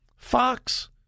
Fox